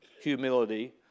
humility